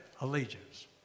allegiance